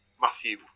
Matthew